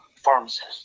pharmacist